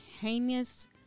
heinous